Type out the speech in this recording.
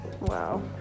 Wow